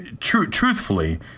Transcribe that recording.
truthfully